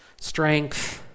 strength